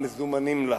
המזומנים לה.